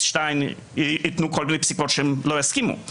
שטיין ייתנו כל מיני פסיקות שהן לא יסכימו להן.